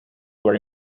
very